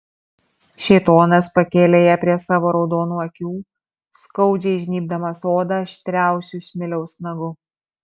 šėtonas pakėlė ją prie savo raudonų akių skaudžiai žnybdamas odą aštriausiu smiliaus nagu